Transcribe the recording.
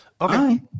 Okay